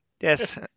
Yes